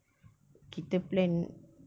kita plan